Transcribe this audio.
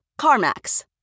CarMax